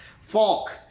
Falk